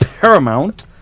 Paramount